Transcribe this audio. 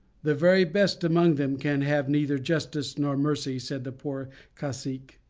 the very best among them can have neither justice nor mercy! said the poor cacique,